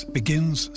begins